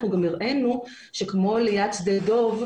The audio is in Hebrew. גם הראינו שכמו ליד שדה דב,